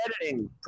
editing